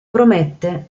promette